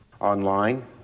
online